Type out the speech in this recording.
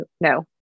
no